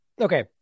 Okay